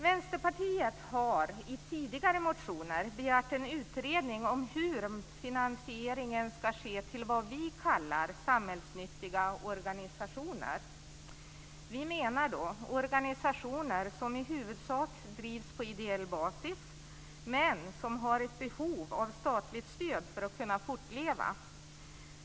Vänsterpartiet har i tidigare motioner begärt en utredning om hur finansieringen ska ske till vad vi kallar samhällsnyttiga organisationer. Vi menar då organisationer som i huvudsak drivs på ideell basis men som har ett behov av statligt stöd för att kunna fortleva.